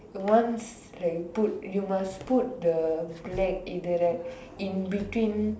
once like you put you must put the black either that in between